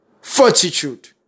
fortitude